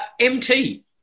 MT